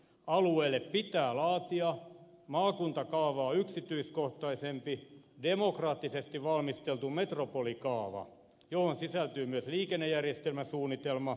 alueelle pitää laatia maakuntakaavaa yksityiskohtaisempi demokraattisesti valmisteltu metropolikaava johon sisältyy myös liikennejärjestelmäsuunnitelma